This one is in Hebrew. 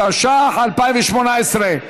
התשע"ח 2018,